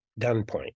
gunpoint